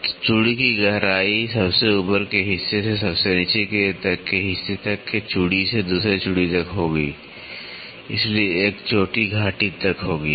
तो चूड़ी की गहराई सबसे ऊपर के हिस्से से सबसे नीचे के हिस्से तक एक चूड़ी से दूसरे चूड़ी तक होगी इसलिए एक चोटी घाटी तक होगी